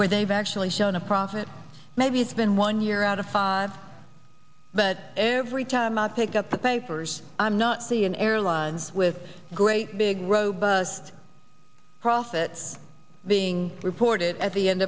where they've actually shown a profit maybe it's been one year out of five but every time i pick up the papers i'm not the airlines with great big robust profits being reported at the end